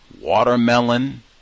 watermelon